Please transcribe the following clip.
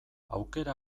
aukera